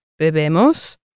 bebemos